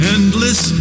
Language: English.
Endless